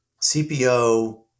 CPO